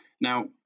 Now